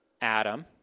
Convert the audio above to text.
Adam